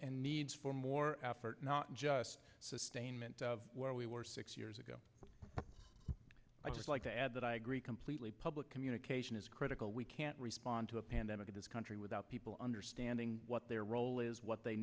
and needs for more effort not just sustainment of where we were six years ago i just like to add that i agree completely public communication is critical we can't respond to a pandemic in this country without people understanding what their role is what they